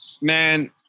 Man